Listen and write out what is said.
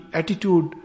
attitude